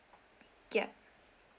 ya